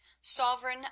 sovereign